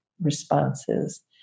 responses